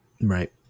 Right